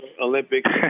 Olympics